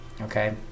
okay